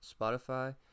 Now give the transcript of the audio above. Spotify